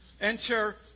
Enter